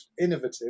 innovative